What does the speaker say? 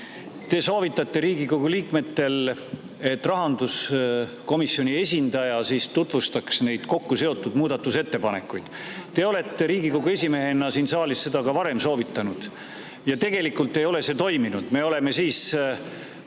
Te soovitate Riigikogu liikmetele, et rahanduskomisjoni esindaja tutvustaks neid kokku seotud muudatusettepanekuid. Te olete Riigikogu esimehena siin saalis seda ka varem soovitanud ja tegelikult ei ole see toiminud. Me oleme siis